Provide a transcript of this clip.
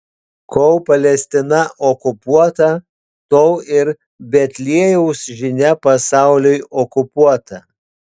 kol palestina okupuota tol ir betliejaus žinia pasauliui okupuota